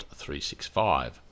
365